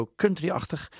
country-achtig